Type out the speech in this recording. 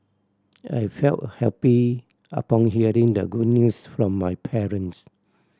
I felt happy upon hearing the good news from my parents